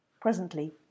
Presently